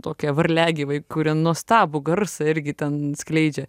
tokie varliagyviai kurie nuostabų garsą irgi ten skleidžia